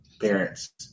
parents